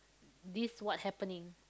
this what happening